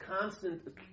constant